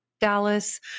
Dallas